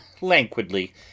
languidly